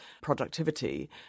productivity